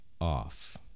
off